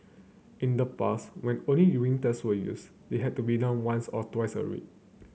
in the past when only urine tests were used they had to be done once or twice a week